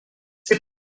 c’est